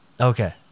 Okay